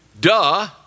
Duh